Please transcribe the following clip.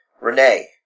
Renee